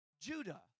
Judah